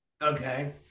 okay